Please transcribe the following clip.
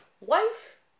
wife